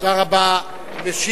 תודה רבה, אדוני.